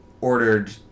ordered